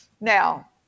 Now